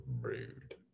Rude